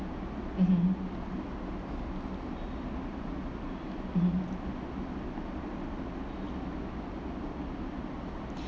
mmhmm mmhmm